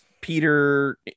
Peter